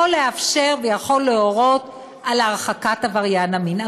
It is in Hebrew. יכול לאפשר ויכול להורות על הרחקת עבריין המין.